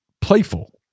playful